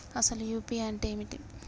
అసలు యూ.పీ.ఐ అంటే ఏమిటి?